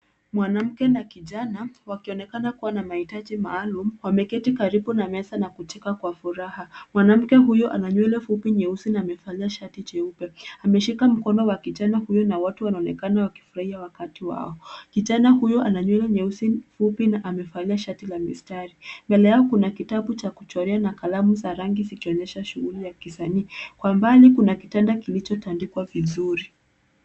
Mwanamke na kijana ,wakionekana kuwa na mahitaji maalum. Wameketi karibu na meza na kucheka kwa furaha .Mwanamke huyo ana nywele fupi nyeusi na amevalia shati jeupe. Ameshika mkono wa kijana huyo na watu wanaonekana wakifurahia wakati wao. kijana huyo ana nywele nyeusi fupi ,na amevalia shati la mistari, Mbele yao kuna kitabu cha kuchorea na kalamu za rangi zikionyesha shughuli ya kisanii. Kwa mbali kuna kitanda kilichotandikwa vizuri.